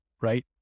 right